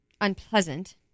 unpleasant